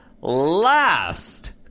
last